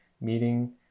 meeting